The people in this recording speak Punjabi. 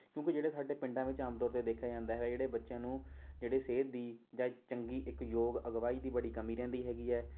ਕਿਉਂਕਿ ਜਿਹੜੇ ਸਾਡੇ ਪਿੰਡਾਂ ਵਿੱਚ ਆਮ ਤੌਰ 'ਤੇ ਦੇਖਿਆ ਜਾਂਦਾ ਹੈ ਜਿਹੜੇ ਬੱਚਿਆਂ ਨੂੰ ਜਿਹੜੀ ਸੇਧ ਦੀ ਜਾਂ ਇੱਕ ਚੰਗੀ ਇੱਕ ਯੋਗ ਅਗਵਾਈ ਦੀ ਬੜੀ ਕਮੀ ਰਹਿੰਦੀ ਹੈਗੀ ਹੈ